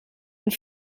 and